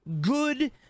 good